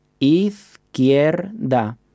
izquierda